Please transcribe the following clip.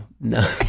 no